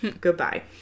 Goodbye